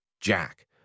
Jack